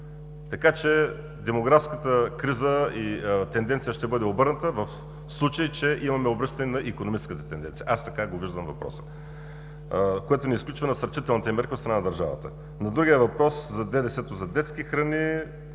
така че демографската криза и тенденция ще бъдат обърнати в случай, че имаме обръщане на икономическата тенденция. Аз така виждам въпроса, което не изключва насърчителните мерки от страна на държавата. На другия въпрос за ДДС-то за детски храни.